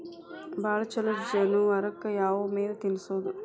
ಭಾಳ ಛಲೋ ಜಾನುವಾರಕ್ ಯಾವ್ ಮೇವ್ ತಿನ್ನಸೋದು?